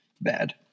Bad